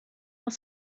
noch